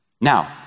Now